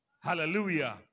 Hallelujah